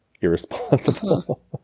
irresponsible